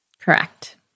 Correct